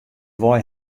wei